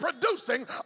producing